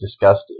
discussed